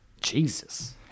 Jesus